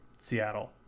Seattle